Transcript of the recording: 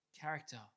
character